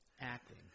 acting